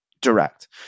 direct